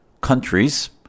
countries